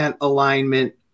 alignment